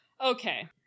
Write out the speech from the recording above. Okay